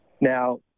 Now